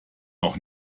auch